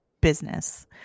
business